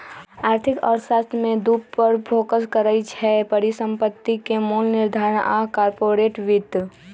आर्थिक अर्थशास्त्र में दू पर फोकस करइ छै, परिसंपत्ति के मोल निर्धारण आऽ कारपोरेट वित्त